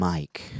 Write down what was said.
Mike